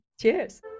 cheers